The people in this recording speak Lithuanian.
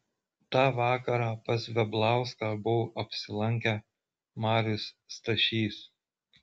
tą vakarą pas veblauską buvo apsilankę marius stašys